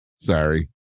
sorry